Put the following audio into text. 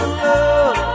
love